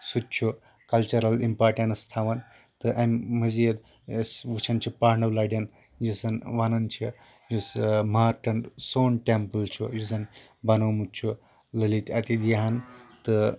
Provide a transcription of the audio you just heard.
سُہ تہِ چھُ کَلچرل امپارٹینس تھاوان تہٕ اَمہِ مٔزیٖد أسۍ وٕچھان چھِ پانٛڈو لَٹین یُس زَن وَنان چھِ یُس مارٹین سون ٹیمپٕل چھُ یُس زَن بَنومُت چھُ للت آدتیہا ہن